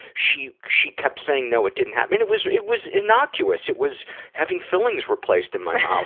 she she kept saying no, it didn't happen. it was it was innocuous. it was having fillings replaced in my mouth.